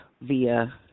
via